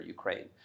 Ukraine